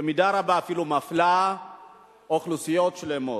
במידה רבה אפילו מפלה אוכלוסיות שלמות.